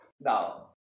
Now